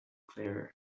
clearer